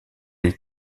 elle